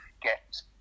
get